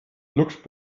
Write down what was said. looked